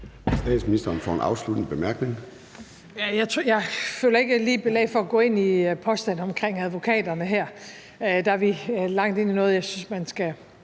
Statsministeren (Mette Frederiksen): Jeg føler ikke lige, at jeg har belæg for at gå ind i påstanden omkring advokaterne her. Der er vi langt inde i noget, jeg synes man skal